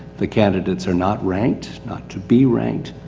the candidates are not ranked, not to be ranked,